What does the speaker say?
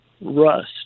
Rust